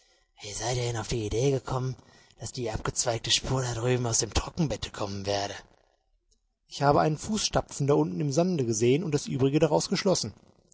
wie seid ihr denn auf die idee gekommen daß die abgezweigte spur da drüben aus dem trockenbette kommen werde ich habe einen fußstapfen da unten im sande gesehen und das übrige daraus geschlossen